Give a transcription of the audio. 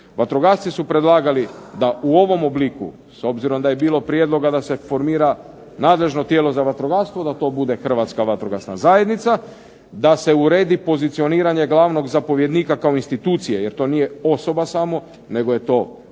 Vatrogasci su predlagali da u ovom obliku s obzirom da je bilo prijedloga da se formira nadležno tijelo za vatrogastvo da to bude Hrvatska vatrogasna zajednica, da se uredi pozicioniranje glavnog zapovjednika kao institucije jer to nije osoba samo nego je to znači